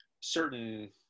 certain